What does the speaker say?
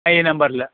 അ ഈ നമ്പറിൽ